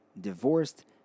divorced